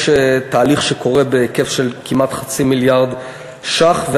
יש תהליך שקורה בהיקף של כמעט חצי מיליארד ש"ח,